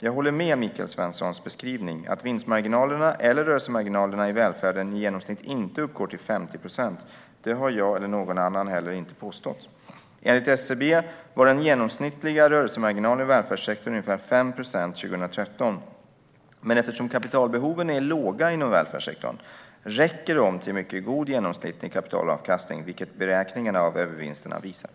Jag håller med om Michael Svenssons beskrivning att vinstmarginalerna eller rörelsemarginalerna i välfärden i genomsnitt inte uppgår till 50 procent. Det har jag eller någon annan heller inte påstått. Enligt SCB var den genomsnittliga rörelsemarginalen i välfärdssektorn ungefär 5 procent 2013. Men eftersom kapitalbehoven är små inom välfärdssektorn räcker det till mycket god genomsnittlig kapitalavkastning, vilket beräkningarna av övervinsterna visar.